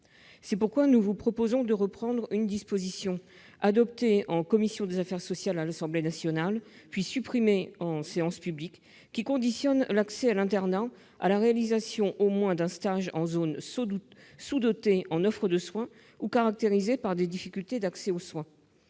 C'est pourquoi nous vous proposons de reprendre une disposition adoptée en commission des affaires sociales à l'Assemblée nationale, puis supprimée en séance publique, qui conditionne l'accès à l'internat à la réalisation d'au moins un stage en zone sous-dotée en offre de soins ou caractérisée par des difficultés d'accès aux soins.